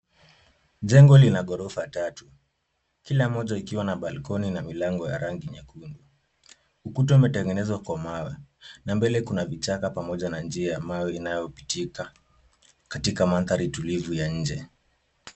Jengo lina ghorofa tatu, kila moja ikiwa na balkoni na milango ya rangi nyekundu. Ukuta umetengezwa kwa mawe na mbele kuna vichaka pamoja na njia ambayo inayopitika katika mandhari tulivu ya nje.